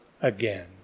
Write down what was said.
again